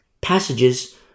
passages